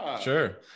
Sure